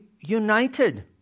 united